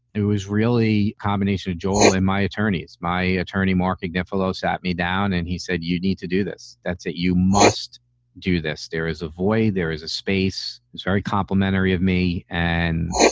it was really combination of joel and my attorneys. my attorney, mark defillo, sat me down and he said, you need to do this. that's it. you must do this. there is a void. there is a space. it's very complimentary of me. and,